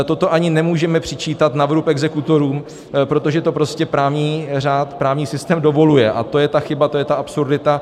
Toto ani nemůžeme přičítat na vrub exekutorům, protože to prostě právní řád, právní systém dovoluje, a to je ta chyba, to je ta absurdita.